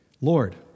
Lord